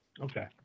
Okay